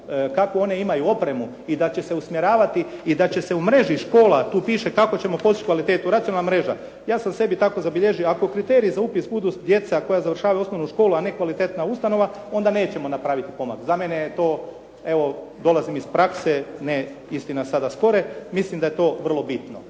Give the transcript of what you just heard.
kakvu one imaju opremu i da će se usmjeravati i da će se u mreži škola, tu piše kako ćemo postići kvalitetu. Racionalna mreža. Ja sam sebi tako zabilježio, ako kriteriji za upis budu djeca koja završavaju osnovnu školu a ne kvalitetna ustanova onda nećemo napraviti pomak. Za mene je to, evo dolazim iz prakse ne istina sada spore, mislim da je to vrlo bitno.